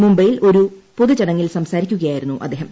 മുംബൈയിൽ ഒരു പൊതു ചടങ്ങിൽ സംസാരിക്കുകയായിരുന്നു അദ്ദേഹം